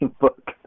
book